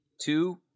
two